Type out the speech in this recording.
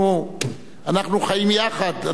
אנחנו חיים יחד.